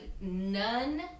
none